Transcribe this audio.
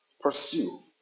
Pursue